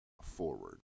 forward